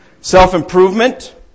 self-improvement